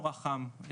נורא חם,